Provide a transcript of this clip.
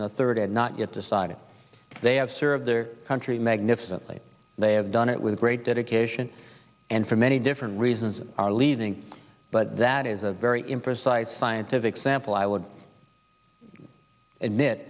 and the third not yet decided they have served their country magnificently they have done it with great dedication and for many different reasons are leaving but that is a very imprecise scientific sample i would admit